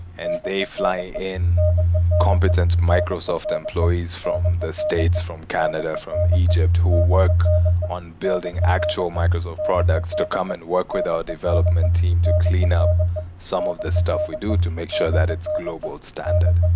and they fly in competent microsoft employees from the states, from canada, from egypt, who work on building actual microsoft products to come and work with our development team to cleanup some of the stuff we do to make sure that it's global standard.